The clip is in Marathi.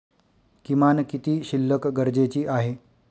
किमान किती शिल्लक गरजेची आहे?